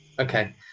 Okay